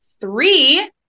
three